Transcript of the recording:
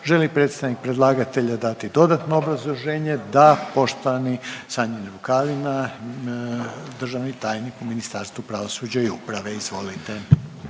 Želi li predstavnik predlagatelja dati dodatno obrazloženje? Da, poštovani Sanjin Rukavina, državni tajnik u Ministarstvu pravosuđa i uprave. Izvolite.